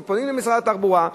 אנחנו פונים למשרד התחבורה,